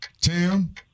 Tim